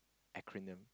acronym